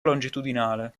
longitudinale